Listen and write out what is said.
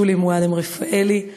שולי מועלם-רפאלי,